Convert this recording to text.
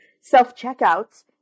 self-checkouts